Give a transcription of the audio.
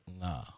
Nah